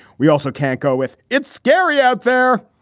we also can't go with it scary out there.